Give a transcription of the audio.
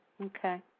Okay